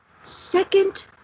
second